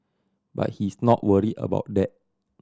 but he's not worried about that